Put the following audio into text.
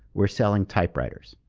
were selling typewriters.